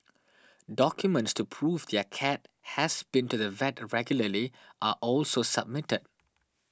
documents to prove their cat has been to the vet regularly are also submitted